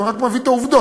אני רק מביא את העובדות.